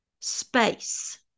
space